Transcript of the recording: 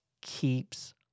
keeps